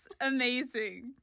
amazing